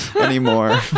anymore